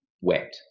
wet